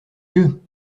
yeux